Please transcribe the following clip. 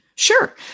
Sure